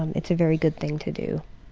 um it's a very good thing to do.